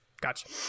Gotcha